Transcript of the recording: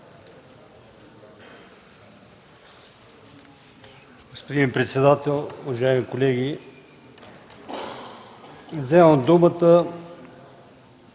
Господин председател, уважаеми колеги! Вземам думата